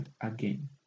again